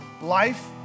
life